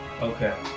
Okay